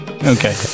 Okay